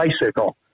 bicycle